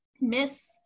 miss